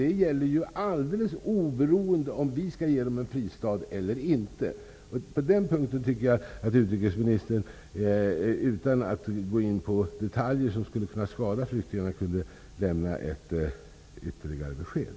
Det är ytterligt allvarligt, oberoende av om vi skall ge dem en fristad eller inte. På den punkten tycker jag att utrikesministern utan att gå in på detaljer som skulle kunna skada flyktingarna kunde lämna ett ytterligare besked.